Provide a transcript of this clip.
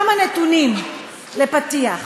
כמה נתונים לפתיח: